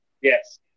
Yes